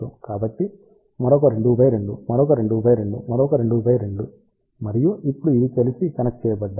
కాబట్టి మరొక 2x2 మరొక 2x2 మరొక 2x2 మరియు ఇప్పుడు ఇవి కలిసి కనెక్ట్ చేయబడ్డాయి